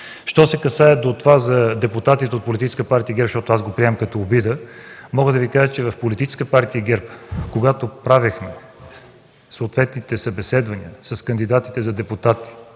Що се касае за депутатите от Политическа партия ГЕРБ, защото аз го приемам като обида, мога да Ви кажа, че в Политическа партия ГЕРБ, когато правехме съответните събеседвания с кандидатите за депутати